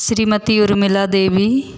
Shrimati Urmila Devi